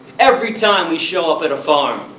every time we show up at a farm,